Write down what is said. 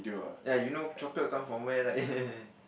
ya you know chocolate come from where like